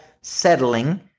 settling